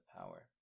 power